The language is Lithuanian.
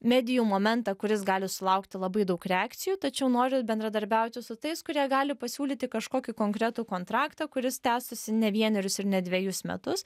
medijų momentą kuris gali sulaukti labai daug reakcijų tačiau nori bendradarbiauti su tais kurie gali pasiūlyti kažkokį konkretų kontraktą kuris tęstųsi ne vienerius ir ne dvejus metus